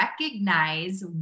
recognize